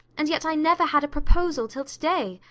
and yet i never had a proposal till to-day,